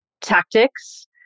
tactics